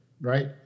right